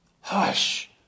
hush